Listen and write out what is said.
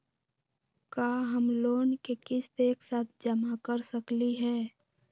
का हम लोन के किस्त एक साथ जमा कर सकली हे?